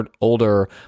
older